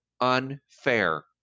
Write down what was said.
unfair